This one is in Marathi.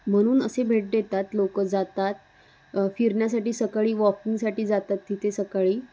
म्हणून असे भेट देतात लोक जातात फिरण्यासाठी सकाळी वॉकिंगसाठी जातात तिथे सकाळी